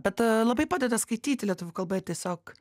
bet labai padeda skaityti lietuvių kalba ir tiesiog